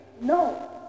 no